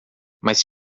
mas